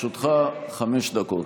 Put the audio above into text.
לרשותך חמש דקות,